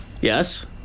Yes